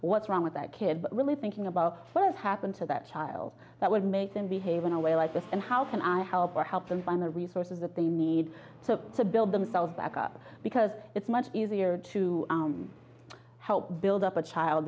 what's wrong with that kid really thinking about what happened to that child that would make them behave in a way like this and how can i help or help them find the resources that they need to build themselves back up because it's much easier to help build up a child